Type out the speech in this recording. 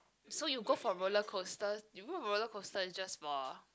so you go for rollercoaster you know rollercoaster is just for